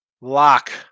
lock